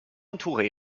entourée